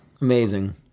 amazing